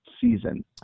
season